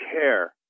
care